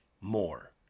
more